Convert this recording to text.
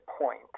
point